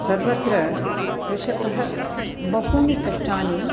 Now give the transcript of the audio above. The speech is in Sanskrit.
सर्वत्र कृषकः बहूनि कष्टानि